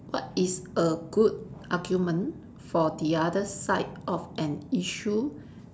what is a good argument for the other side of an issue